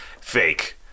fake